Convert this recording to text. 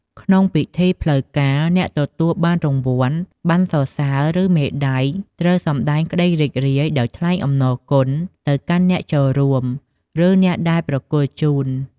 ក្នុងពិធីផ្លូវការ អ្នកទទួលបានរង្វាន់ ប័ណ្ណសរសើរ ឬមេដាយ ត្រូវសម្ដែងក្ដីរីករាយដោយថ្លែងអំណរគុណទៅកាន់អ្នកចូលរួម ឬ អ្នកដែលប្រគល់ជូន។